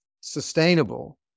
sustainable